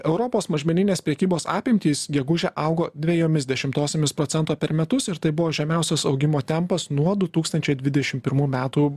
europos mažmeninės prekybos apimtys gegužę augo dvejomis dešimtosiomis procento per metus ir tai buvo žemiausias augimo tempas nuo du tūkstančiai dvidešim pirmų metų